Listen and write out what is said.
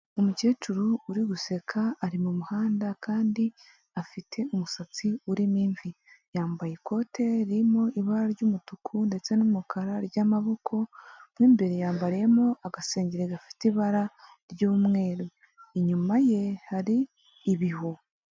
Umukecuru uri guseka ari mu muhanda kandi afite umusatsi urimo imvi, yambaye ikote ririmo ibara ry'umutuku ndetse n'umukara ry'amaboko. Mu imbere yambariyemo agasengeri gafite ibara ry'umweru, inyuma ye hari ibihu.